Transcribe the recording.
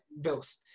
bills